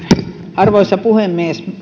arvoisa puhemies